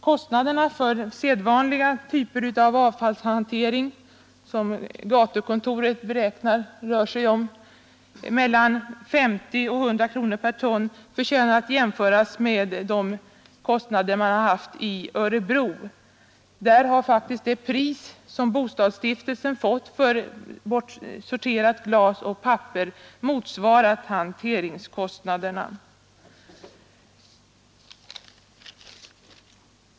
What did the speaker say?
Kostnaderna för sedvanliga typer av avfallshantering, som gatukontoret beräknar rör sig om mellan 50 och 100 kronor per ton, förtjänar att jämföras med det ekonomiska utfallet av försöksverksamheten i Örebro. Där har faktiskt det pris som bostadsstiftelsen fått för bortsorterat glas och papper vid försäljning till industrin motsvarat hanteringskostnaderna.